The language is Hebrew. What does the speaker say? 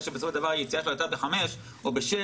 שבסופו של דבר היציאה שלו הייתה ב-17:00 או ב-16:00